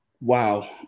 Wow